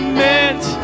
meant